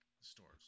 stores